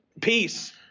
peace